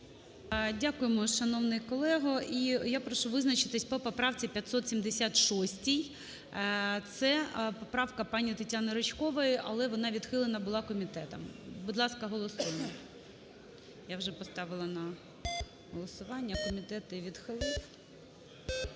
Дякуємо, шановний колего. І я прошу визначитися по поправці 576 - це поправка пані ТетяниРичкової, - але вона відхилена була комітетом. Будь ласка, голосуємо. Я вже поставила на голосування, а комітет її відхилив.